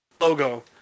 logo